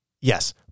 Yes